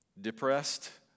depressed